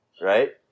right